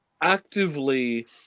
actively